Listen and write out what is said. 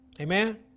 Amen